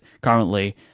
currently